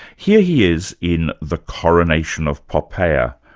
here he is in the coronation of poppea,